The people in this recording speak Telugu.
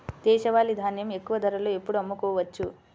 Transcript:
దేశవాలి ధాన్యం ఎక్కువ ధరలో ఎప్పుడు అమ్ముకోవచ్చు?